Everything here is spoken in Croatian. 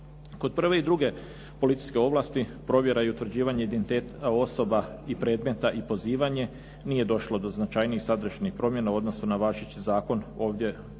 Kod prve i druge policijske ovlasti provjera i utvrđivanje identiteta osoba, predmeta i pozivanje nije došlo do značajnijih sadašnjih promjena u odnosu na važeći zakon. Ovdje ovlasti